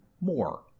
more